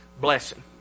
blessing